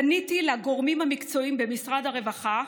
פניתי לגורמים המקצועיים במשרד הרווחה,